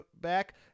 back